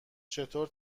چطور